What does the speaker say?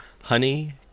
Honey